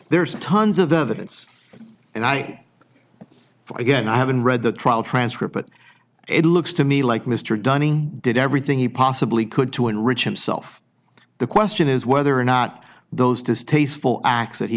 there's tons of evidence and i again i haven't read the trial transcript but it looks to me like mr dunning did everything he possibly could to enrich himself the question is whether or not those distasteful acts that he